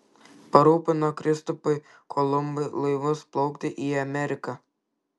parūpino kristupui kolumbui laivus plaukti į ameriką